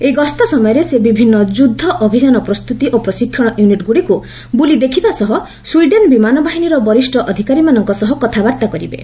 ଏହି ଗସ୍ତ ସମୟରେ ସେ ବିଭିନ୍ନ କ୍ଷୁଦ୍ର ଅଭିଯାନ ପ୍ରସ୍ତୁତି ଓ ପ୍ରଶିକ୍ଷଣ ୟୁନିଟ୍ ଗୁଡିକୁ ବୁଲି ଦେଖିବା ସହ ସ୍ୱିଡେନ୍ ବିମାନବାହିନୀର ବରିଷ ଅଧିକାରୀଙ୍କ ସହ କଥାବାର୍ତ୍ତା କରିବେ